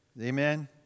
Amen